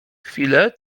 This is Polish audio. chwilę